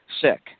sick